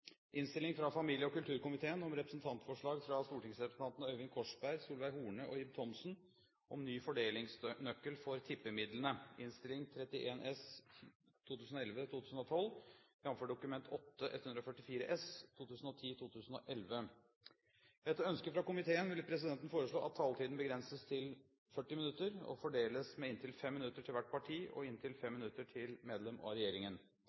innstilling. Flere har ikke bedt om ordet til sak nr. 6. Etter ønske fra arbeids- og sosialkomiteen vil presidenten foreslå at taletiden begrenses til 40 minutter og fordeles med inntil 5 minutter til hvert parti og inntil 5 minutter til medlem av regjeringen.